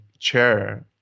chair